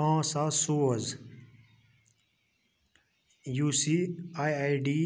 پانٛژھ ساس سوز U C I I D